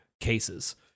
cases